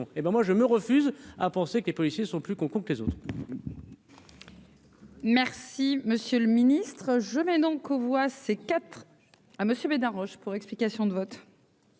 moi, je me refuse à penser que les policiers sont plus qu'on coupe les autres. Merci, Monsieur le Ministre, je mets donc aux voix, c'est 4 à Monsieur Gaudin Roche pour explication de vote.